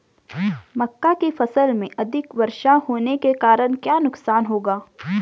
मक्का की फसल में अधिक वर्षा होने के कारण क्या नुकसान होगा?